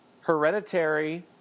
Hereditary